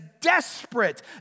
desperate